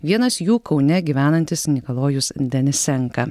vienas jų kaune gyvenantis nikolajus denisenka